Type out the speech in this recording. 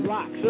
Rock